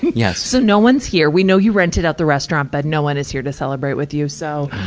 yeah so no one's here. we know you rented out the restaurant, but no one is here to celebrate with you, so,